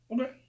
Okay